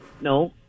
No